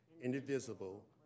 indivisible